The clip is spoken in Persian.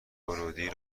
ورودی